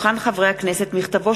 שטרן,